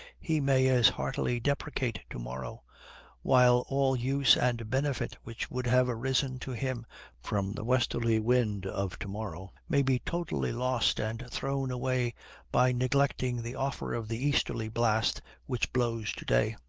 he may as heartily deprecate to-morrow while all use and benefit which would have arisen to him from the westerly wind of to-morrow may be totally lost and thrown away by neglecting the offer of the easterly blast which blows to-day.